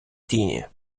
тіні